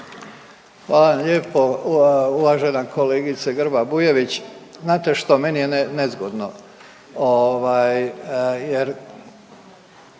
vam lijepo uvaženi kolegice Grba-Bujević. Znate što, meni je nezgodno